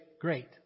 great